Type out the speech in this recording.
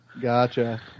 Gotcha